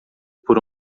por